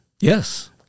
Yes